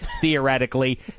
theoretically